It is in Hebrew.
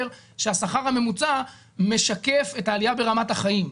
שהשכר הממוצע משקף את העלייה ברמת החיים,